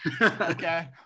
Okay